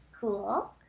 Cool